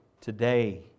Today